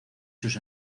sus